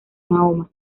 mahoma